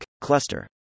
cluster